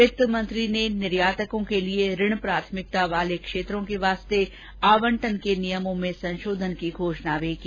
वित्तमंत्री ने निर्यातकों के लिए ऋण प्राथमिकता वाले क्षेत्रों के लिए आवंटन के नियमों में संशोधन की घोषणा भी की